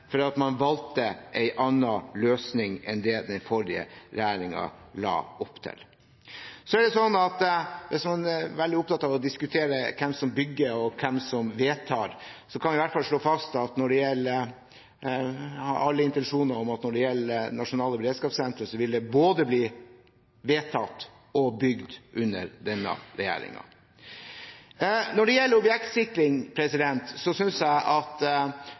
til at man valgte en annen løsning enn det den forrige regjeringen la opp til. Hvis man er veldig opptatt av å diskutere hvem som bygger, og hvem som vedtar, kan vi i hvert fall slå fast, når det gjelder alle intensjoner om det nasjonale beredskapssenteret, at det både blir vedtatt og bygd under denne regjeringen. Når det gjelder objektsikring, synes jeg man drar ting vel langt. Ja, det har gang på gang blitt påvist i forbindelse med funnene som ble gjort i 2015, at